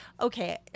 Okay